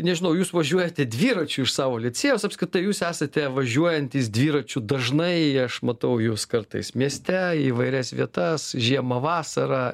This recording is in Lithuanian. nežinau jūs važiuojate dviračiu iš savo licėjaus apskritai jūs esate važiuojantis dviračiu dažnai aš matau jus kartais mieste į įvairias vietas žiemą vasarą